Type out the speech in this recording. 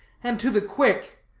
and to the quick.